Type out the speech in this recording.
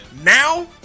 Now